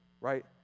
right